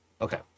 Okay